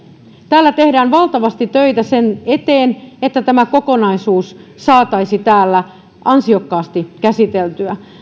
täällä tehdään valtavasti töitä sen eteen että tämä kokonaisuus saataisiin täällä ansiokkaasti käsiteltyä lähes